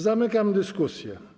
Zamykam dyskusję.